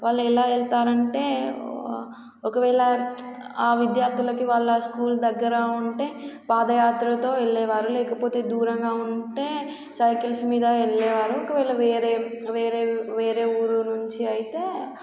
వాళ్ళు ఎలా వెళ్తారంటే ఒకవేళ ఆ విద్యార్థులకి వాళ్ళ స్కూల్ దగ్గర ఉంటే పాదయాత్రతో వెళ్ళేవారు లేకపోతే దూరంగా ఉంటే సైకిల్స్ మీద వెళ్ళేవారు ఒకవేళ వేరే వేరే వేరే ఊరు నుంచి అయితే